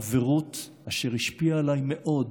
חברות אשר השפיעה עליי מאוד